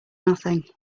nothing